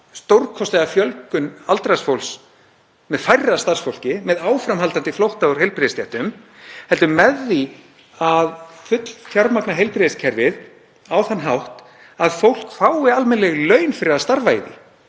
stórkostlega fjölgun aldraðs fólks með færra starfsfólki, með áframhaldandi flótta úr heilbrigðisstéttum, heldur með því að fullfjármagna heilbrigðiskerfið á þann hátt að fólk fái almennileg laun fyrir að starfa í því,